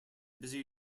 busy